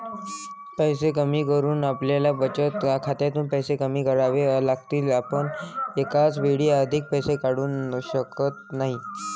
पैसे कमी करून आपल्याला बचत खात्यातून पैसे कमी करावे लागतील, आपण एकाच वेळी अधिक पैसे काढू शकत नाही